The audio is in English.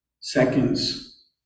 Seconds